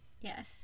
Yes